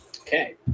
okay